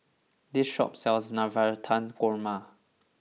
this shop sells Navratan Korma